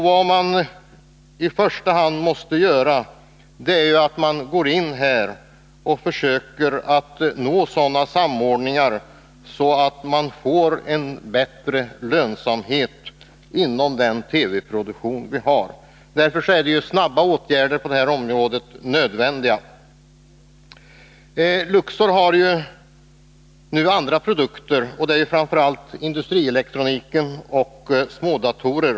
Vad som i första hand bör göras är väl att försöka finna sådana samordningar att lönsamheten blir bättre inom den TV-produktion vi har. Därför är snabba åtgärder på det här området nödvändiga. Luxor tillverkar också andra produkter, framför allt industrielektronik och smådatorer.